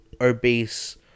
obese